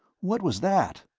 what was that?